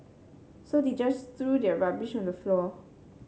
so they just threw their rubbish on the floor